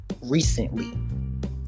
recently